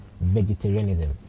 vegetarianism